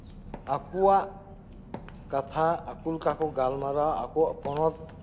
ᱟᱠᱚᱣᱟᱜ ᱠᱟᱛᱷᱟ ᱟᱠᱚ ᱞᱮᱠᱟᱠᱚ ᱜᱟᱞᱢᱟᱨᱟᱣᱟ ᱟᱠᱚᱣᱟᱜ ᱯᱚᱱᱚᱛ